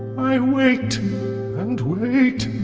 i wait and wait